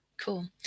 Cool